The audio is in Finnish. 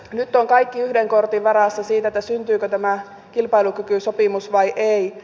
nyt on kaikki yhden kortin varassa siinä että syntyykö tämä kilpailukykysopimus vai ei